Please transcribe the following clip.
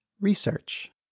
research